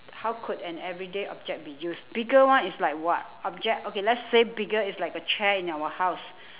how could an everyday object be used bigger one is like what object okay lets say bigger is like a chair in our house